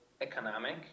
economic